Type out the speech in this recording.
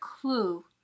clue